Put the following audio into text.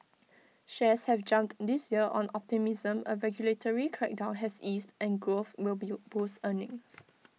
shares have jumped this year on optimism A regulatory crackdown has eased and growth will be boost earnings